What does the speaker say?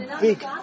big